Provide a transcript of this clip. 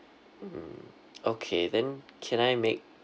mm okay then can I make